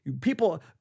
People